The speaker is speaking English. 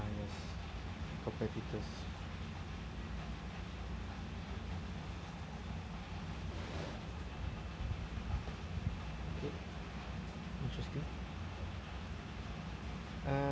yes competitors okay interesting uh